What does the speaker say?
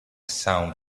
sound